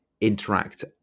interact